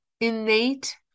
innate